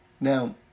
Now